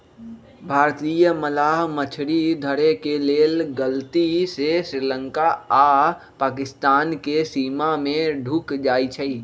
भारतीय मलाह मछरी धरे के लेल गलती से श्रीलंका आऽ पाकिस्तानके सीमा में ढुक जाइ छइ